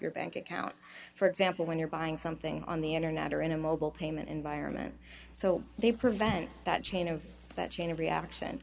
your bank account for example when you're buying something on the internet or in a mobile payment environment so they prevent that chain of that chain reaction